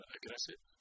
Aggressive